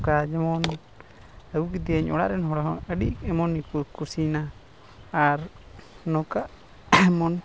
ᱟᱨ ᱡᱮᱢᱚᱱ ᱟᱹᱜᱩ ᱠᱮᱫᱮᱭᱟᱹᱧ ᱚᱲᱟᱜ ᱨᱮᱱ ᱦᱚᱲ ᱦᱚᱸ ᱟᱹᱰᱤ ᱮᱢᱚᱱ ᱜᱮᱠᱚ ᱠᱩᱥᱤᱭᱮᱱᱟ ᱟᱨ ᱱᱚᱝᱠᱟ ᱮᱢᱚᱱ